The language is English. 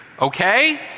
Okay